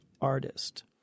artist